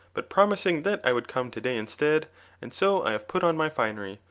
but promising that i would come to-day instead and so i have put on my finery,